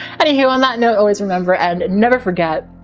anywho, on that note, always remember, and never forget,